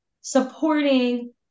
supporting